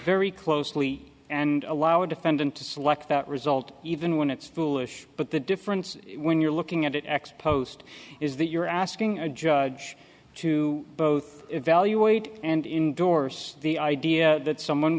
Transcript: very closely and allow a defendant to select that result even when it's foolish but the difference when you're looking at it ex post is that you're asking a judge to both evaluate and indorse the idea that someone